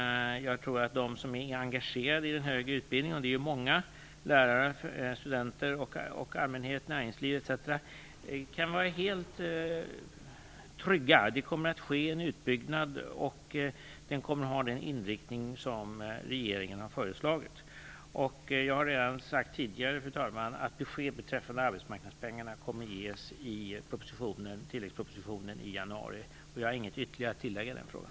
Jag tror att de som är engagerade i den högre utbildningen - det är ju många: lärare, studenter, näringsliv och allmänhet - kan vara helt trygga. Det kommer att ske en utbyggnad och den kommer att ha den inriktning som regeringen har föreslagit. Jag har redan tidigare sagt, fru talman, att besked beträffande arbetsmarknadspengarna kommer att ges i tilläggspropositionen i januari. Jag har ingenting ytterligare att tillägga i den frågan.